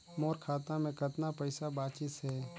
मोर खाता मे कतना पइसा बाचिस हे?